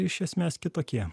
iš esmės kitokie